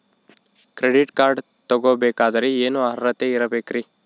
Credit card ತೊಗೋ ಬೇಕಾದರೆ ಏನು ಅರ್ಹತೆ ಇರಬೇಕ್ರಿ?